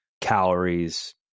calories